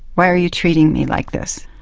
why are you treating me like this?